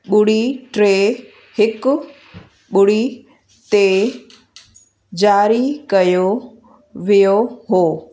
ॿुड़ी टे हिकु ॿुड़ी ते ज़ारी कयो वियो हुओ